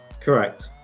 correct